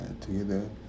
together